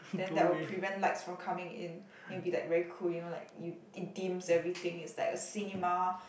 then that will prevent lights from coming in it will be like very cool you know like you it dims everything it's like a cinema